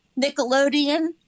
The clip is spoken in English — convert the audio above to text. nickelodeon